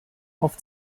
auf